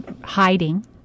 hiding